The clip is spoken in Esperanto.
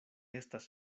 estas